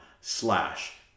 slash